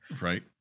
Right